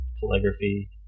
calligraphy